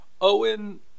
Owen